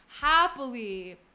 happily